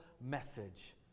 message